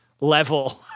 level